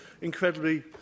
incredibly